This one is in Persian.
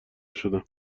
شدم